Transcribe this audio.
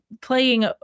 playing